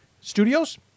Studios